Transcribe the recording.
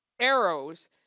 arrows